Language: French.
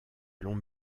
long